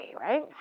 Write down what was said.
right